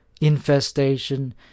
infestation